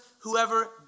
Whoever